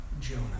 Jonah